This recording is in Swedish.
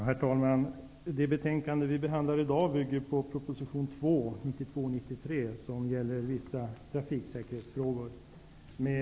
Herr talman! Det betänkande vi behandlar i dag bygger på proposition 1992/93:2 om vissa trafiksäkerhetsfrågor.